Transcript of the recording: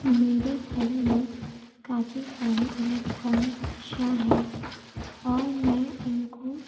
میرے گھر میں کافی سارے الیکٹرانک اشیاء ہیں اور میں ان کو